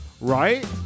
Right